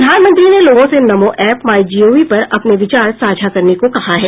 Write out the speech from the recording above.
प्रधानमंत्री ने लोगों से नमो ऐप माइ जीओवी पर अपने विचार साझा करने को कहा है